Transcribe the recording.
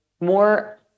more